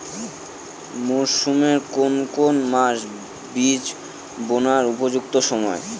মরসুমের কোন কোন মাস বীজ বোনার উপযুক্ত সময়?